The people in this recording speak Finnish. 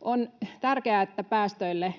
On tärkeää, että päästöille